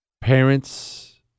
Parents